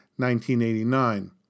1989